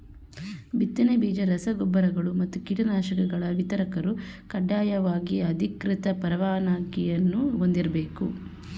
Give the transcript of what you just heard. ಬಿತ್ತನೆ ಬೀಜ ರಸ ಗೊಬ್ಬರಗಳು ಮತ್ತು ಕೀಟನಾಶಕಗಳ ವಿತರಕರು ಕಡ್ಡಾಯವಾಗಿ ಅಧಿಕೃತ ಪರವಾನಗಿಯನ್ನೂ ಹೊಂದಿರ್ಬೇಕು